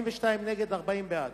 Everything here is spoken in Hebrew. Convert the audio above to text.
42 נגד ו-40 בעד.